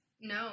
no